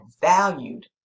valued